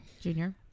Junior